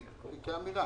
לימודי תעודה